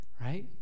right